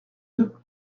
deux